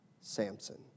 Samson